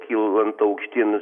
kylant aukštyn